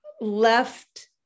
left